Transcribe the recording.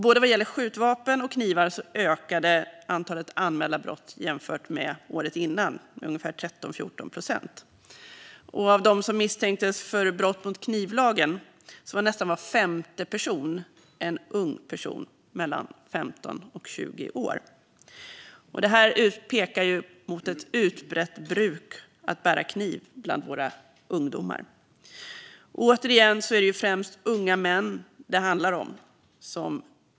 Både vad gäller skjutvapen och knivar ökade antalet anmälda brott jämfört med året innan med 13-14 procent. Bland dem som misstänktes för brott mot knivlagen var nästan var femte person ung, mellan 15 och 20 år. Det här pekar på att det finns ett utbrett bruk bland våra ungdomar att bära kniv, och återigen är det främst unga män det handlar om.